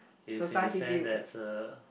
is in a sense that uh